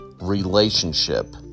relationship